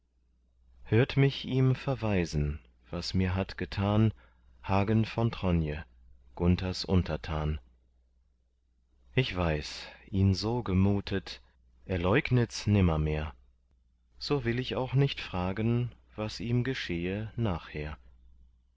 hört mich ihm verweisen was mir hat getan hagen von tronje gunthers untertan ich weiß ihn so gemutet er leugnets nimmermehr so will ich auch nicht fragen was ihm geschehe nachher